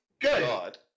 Good